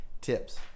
tips